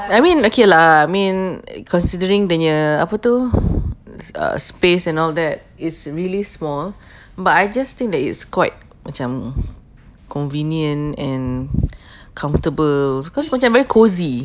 I mean okay lah I mean considering dia punya apa tu space and all that is really small but I just think that it's quite macam convenient and comfortable because macam very cosy